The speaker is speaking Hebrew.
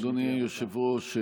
אדוני היושב-ראש,